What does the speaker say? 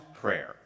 prayer